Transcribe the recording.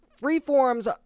freeform's